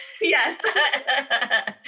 Yes